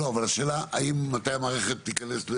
השאלה מתי המערכת תיכנס?